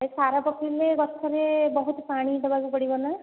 ଏ ସାର ପକେଇଲେ ଗଛରେ ବହୁତ ପାଣି ଦେବାକୁ ପଡ଼ିବ ନା